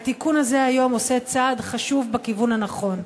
והתיקון הזה היום עושה צעד חשוב בכיוון הנכון.